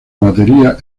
batería